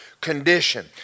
condition